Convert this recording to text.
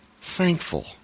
Thankful